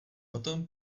potom